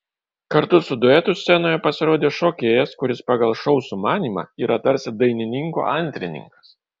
kartu su duetu scenoje pasirodė šokėjas kuris pagal šou sumanymą yra tarsi dainininko antrininkas